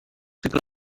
people